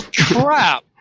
crap